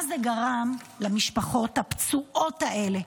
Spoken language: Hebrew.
מה זה גרם למשפחות הפצועות האלה,